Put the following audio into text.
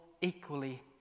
equally